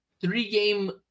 three-game